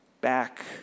Back